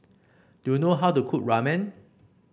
do you know how to cook Ramen